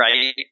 right